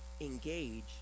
engage